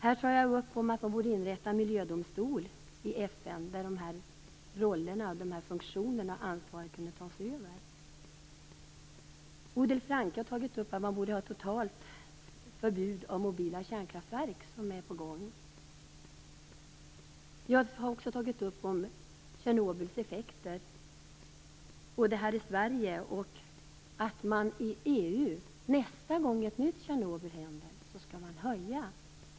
Här tar jag upp frågan om att inrätta en miljödomstol i FN där dessa funktioner skulle kunna tas över. Bodil Francke Ohlsson har tagit upp frågan om ett totalt förbud av mobila kärnkraftsverk. Vi har också tagit upp frågan om effekterna efter Tjernobyl - även här i Sverige. I EU har beslutats att nästa gång det blir en Tjernobylolycka skall gränsvärdena höjas.